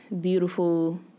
Beautiful